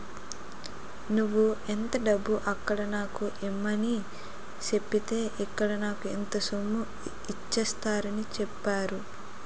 నువ్వు ఎంత డబ్బు అక్కడ నాకు ఇమ్మని సెప్పితే ఇక్కడ నాకు అంత సొమ్ము ఇచ్చేత్తారని చెప్పేరు